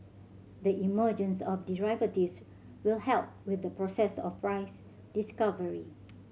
the emergence of derivatives will help with the process of price discovery